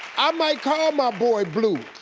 i might call my boy blue,